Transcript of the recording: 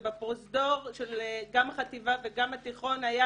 ובפרוזדור גם של החטיבה וגם התיכון היה